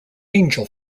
angel